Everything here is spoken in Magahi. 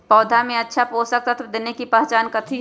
पौधा में अच्छा पोषक तत्व देवे के पहचान कथी हई?